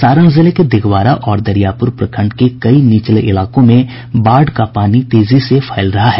सारण जिले के दिघवारा और दरियापुर प्रखंड के कई निचले इलाकों में बाढ़ का पानी तेजी से फैल रहा है